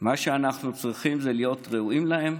אנחנו צריכים זה להיות ראויים להם,